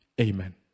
Amen